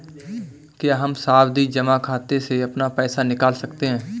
क्या हम सावधि जमा खाते से अपना पैसा निकाल सकते हैं?